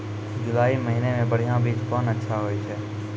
जुलाई महीने मे बढ़िया बीज कौन अच्छा होय छै?